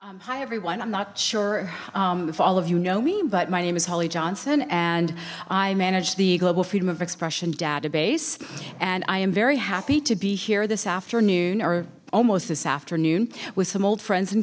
hi everyone i'm not sure if all of you know me but my name is holly johnson and i manage the global freedom of expression database and i am very happy to be here this afternoon or almost this afternoon with some old friends and